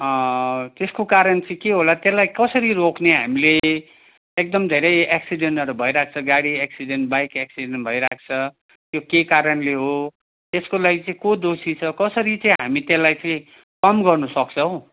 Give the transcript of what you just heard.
त्यसको कारण चाहिँ के होला त्यसलाई कसरी रोक्ने हामीले एकदम धेरै एक्सिडेन्टहरू भइरहेको छ गाडी एक्सिडेन्ट बाइक एक्सिडेन्ट भइरहेको छ त्यो के कारणले हो त्यसको लागि चाहिँ को दोषी छ कसरी चाहिँ हामी त्यसलाई चाहिँ कम गर्नसक्छौँ